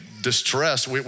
distress